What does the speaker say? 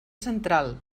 central